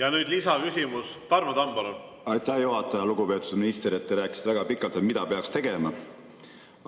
Ja nüüd lisaküsimus. Tarmo Tamm, palun! Aitäh, juhataja! Lugupeetud minister! Te rääkisite väga pikalt, mida peaks tegema.